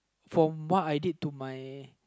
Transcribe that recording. from what I did to my